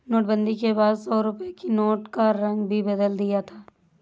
नोटबंदी के बाद सौ रुपए के नोट का रंग भी बदल दिया था